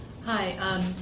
Hi